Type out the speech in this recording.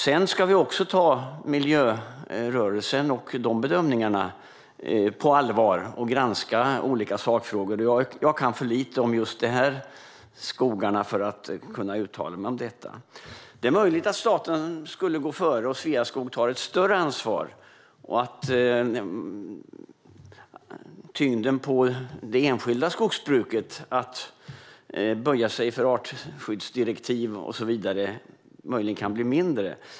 Vi ska också ta miljörörelsen och de bedömningarna på allvar och granska olika sakfrågor. Jag kan för lite om just de här skogarna för att kunna uttala mig om detta. Det är möjligt att staten skulle kunna gå före och Sveaskog ta ett större ansvar och att tyngden på det enskilda skogsbruket att böja sig för artskyddsdirektiv och så vidare kan bli mindre.